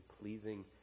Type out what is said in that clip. pleasing